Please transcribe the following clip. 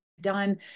done